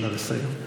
נא לסיים.